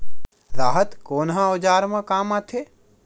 राहत कोन ह औजार मा काम आथे?